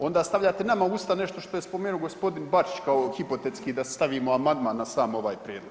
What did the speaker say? Onda stavljate nama u usta nešto što je spomenuo gospodin Bačić kao hipotetski da stavimo amandman na sam ovaj prijedlog.